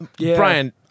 Brian